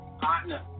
partner